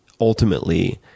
ultimately